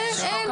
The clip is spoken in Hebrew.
אין.